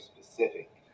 specific